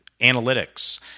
analytics